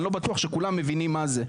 אני לא בטוח שכולם מבינים מה זה.